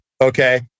Okay